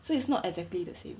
so it's not exactly the same